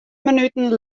minuten